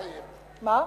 נא לסיים.